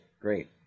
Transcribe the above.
great